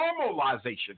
normalization